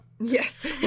Yes